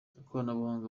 ikoranabuhanga